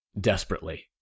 desperately